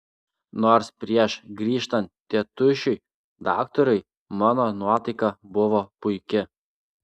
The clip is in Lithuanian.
nors prieš grįžtant tėtušiui daktarui mano nuotaika buvo puiki